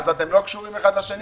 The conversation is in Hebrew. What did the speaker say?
אז אתם לא קשורים אחד לשני?